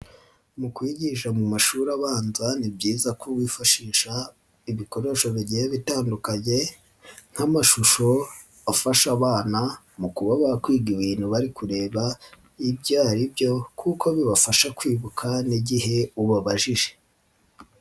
Mu kwigisha mu mashuri abanza ni byiza ko wifashisha ibikoresho bigiye bitandukanye nk'amashusho afasha abana mu kuba bakwiga ibintu bari kureba ibyo ari byo kuko bibafasha kwibuka n'igihe ubajije.